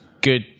good